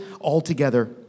altogether